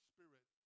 Spirit